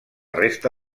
resta